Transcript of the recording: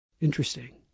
Interesting